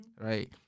right